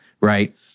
right